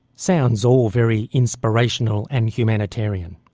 sounds all very inspirational and humanitarian,